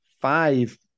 five